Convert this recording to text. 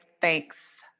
Thanks